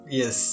yes